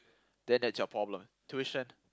then that's your problem tuition